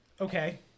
Okay